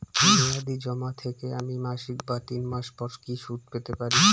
মেয়াদী জমা থেকে আমি মাসিক বা তিন মাস পর কি সুদ পেতে পারি?